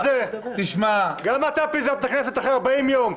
גם אתה פיזרת כנסת אחרי 40 יום,